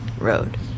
road